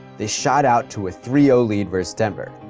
they shot out to a three o lead versus denver.